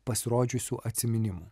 pasirodžiusių atsiminimų